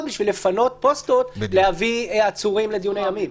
בשביל לפנות פוסטות להביא עצורים לדיוני ימים.